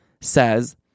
says